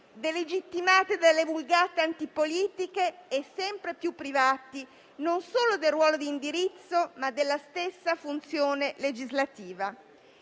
delegittimati dalle vulgate antipolitiche e sempre più privati non solo del ruolo di indirizzo, ma della stessa funzione legislativa.